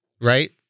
right